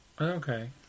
Okay